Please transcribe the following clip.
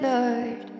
Lord